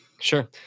Sure